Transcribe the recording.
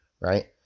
right